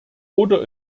oder